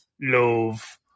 love